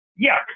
yuck